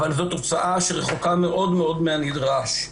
אבל זאת תוצאה שרחוקה מאוד מאוד מן הנדרש.